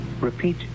repeat